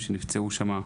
אני חושב שנפצעו שם,